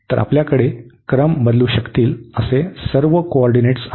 तर आपल्याकडे क्रम बदलू शकतील असे सर्व कोऑर्डीनेट्स आहेत